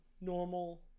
normal